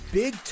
big